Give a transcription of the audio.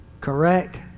correct